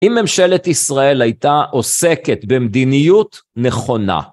אם ממשלת ישראל הייתה עוסקת במדיניות נכונה.